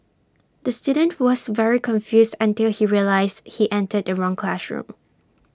the student was very confused until he realised he entered the wrong classroom